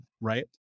right